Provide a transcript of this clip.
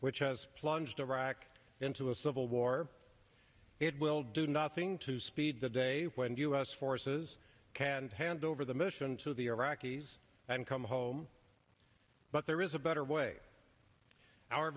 which has plunged iraq into a civil war it will do nothing to speed the day when u s forces can hand over the mission to the iraqis and come home but there is a better way our